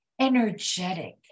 energetic